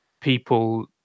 people